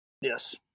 yes